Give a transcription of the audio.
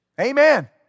Amen